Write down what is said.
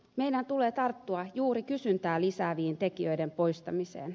meidän tulee tarttua juuri kysyntää lisäävien tekijöiden poistamiseen